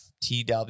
TW